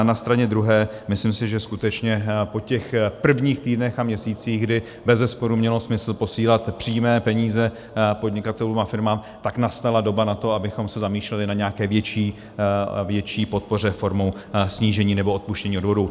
Na straně druhé myslím si, že skutečně po těch prvních týdnech a měsících, kdy bezesporu mělo smysl posílat přímé peníze podnikatelům a firmám, nastala doba na to, abychom se zamýšleli na nějaké větší podpoře formou snížení nebo odpuštění odvodů.